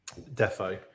Defo